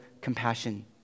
compassion